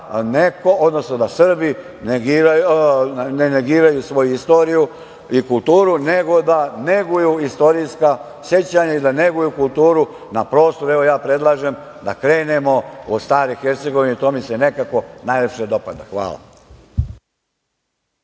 u tome da Srbi ne negiraju svoju istoriju i kulturu, nego da neguju istorijska sećanja i da neguju kulturu na prostoru, evo predlažem da krenemo do stare Hercegovine, to mi se nekako najviše dopada. Hvala.